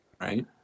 Right